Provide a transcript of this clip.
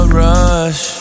rush